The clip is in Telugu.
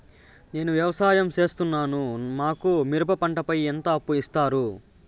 నేను వ్యవసాయం సేస్తున్నాను, మాకు మిరప పంటపై ఎంత అప్పు ఇస్తారు